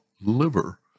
liver